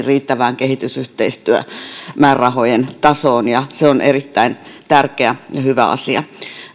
riittävään kehitysyhteistyömäärärahojen tasoon se on erittäin tärkeä ja hyvä asia